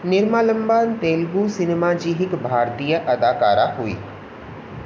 Nirmalamma Telugu cinema जी हिकु भारतीय अदाकारा हुई